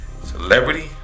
Celebrity